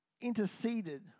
interceded